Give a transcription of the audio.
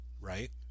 right